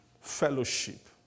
fellowship